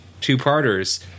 two-parters